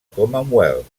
commonwealth